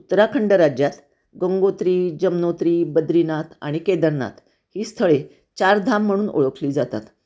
उत्तराखंड राज्यात गंगोत्री जमुनोत्री बद्रीनाथ आणि केदारनाथ ही स्थळे चारधाम म्हणून ओळखली जातात